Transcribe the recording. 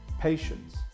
patience